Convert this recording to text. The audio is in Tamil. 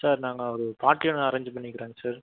சார் நாங்கள் ஒரு பார்ட்டி ஒன்று அரேஞ்சு பண்ணிக்குறோங்க சார்